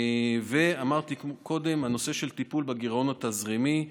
ואמרתי קודם, הנושא של הטיפול בגירעון התזרימי: